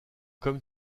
comme